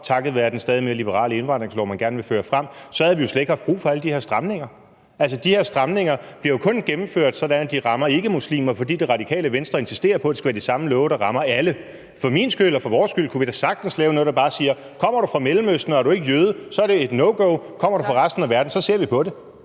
takket være den stadig mere liberale indvandringslov, man gerne vil føre frem, så havde vi jo slet ikke haft brug for alle de her stramninger. Altså, de her stramninger bliver jo kun gennemført, sådan at de rammer ikkemuslimer, fordi Det Radikale Venstre insisterer på, at det skal være de samme love, der rammer alle. For min skyld og for vores skyld kunne vi da sagtens lave noget, der bare siger, at kommer du fra Mellemøsten og er du ikke jøde, så er det et no-go. Kommer du fra resten af verden, så ser vi på det.